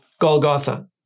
Golgotha